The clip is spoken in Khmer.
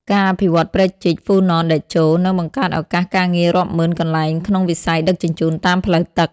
ការអភិវឌ្ឍព្រែកជីក "ហ្វូណនតេជោ" នឹងបង្កើតឱកាសការងាររាប់ម៉ឺនកន្លែងក្នុងវិស័យដឹកជញ្ជូនតាមផ្លូវទឹក។